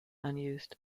unused